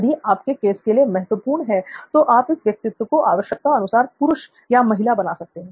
यदि आप के केस के लिए महत्वपूर्ण हो तो आप इस व्यक्तित्व को आवश्यकता अनुसार पुरुष या महिला बना सकते हैं